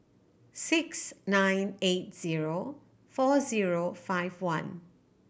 six nine eight zero four zero five one